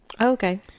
okay